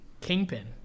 Kingpin